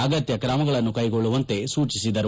ಅಗತ್ಯ ಕ್ರಮಗಳನ್ನು ಕೈಗೊಳ್ಳುವಂತೆ ಸೂಚಿಸಿದರು